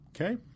Okay